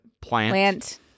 plant